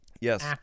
Yes